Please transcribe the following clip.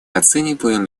оцениваем